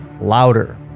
Louder